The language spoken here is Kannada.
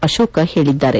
ಅಶೋಕ ಹೇಳಿದ್ದಾರೆ